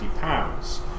pounds